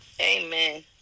amen